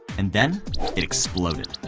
and then it exploded.